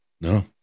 No